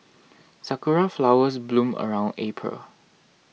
sakura flowers bloom around April